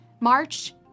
March